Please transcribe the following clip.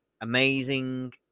amazing